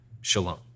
shalom